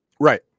Right